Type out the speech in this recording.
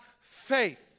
faith